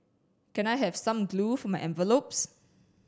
can I have some glue for my envelopes